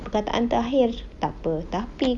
perkataan terakhir takpe tapi